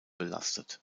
belastet